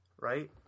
right